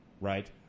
right